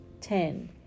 ten